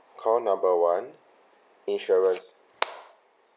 call number one insurance